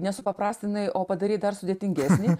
ne supaprastinai o padarei dar sudėtingesnį